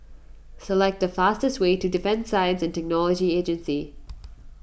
select the fastest way to Defence Science and Technology Agency